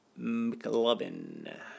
McLovin